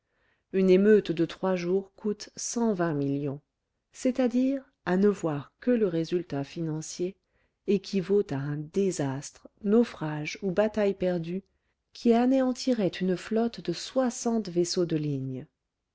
une émeute de trois jours coûte cent vingt millions c'est-à-dire à ne voir que le résultat financier équivaut à un désastre naufrage ou bataille perdue qui anéantirait une flotte de soixante vaisseaux de ligne